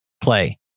play